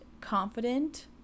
confident